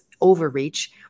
overreach